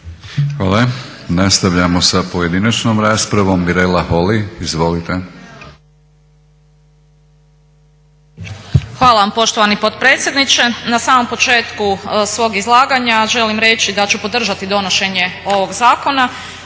Hvala vam poštovani potpredsjedniče. Na samom početku svog izlaganja želim reći da ću podržati donošenje ovog zakona,